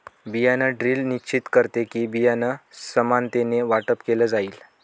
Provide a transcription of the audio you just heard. बियाण ड्रिल निश्चित करते कि, बियाणं समानतेने वाटप केलं जाईल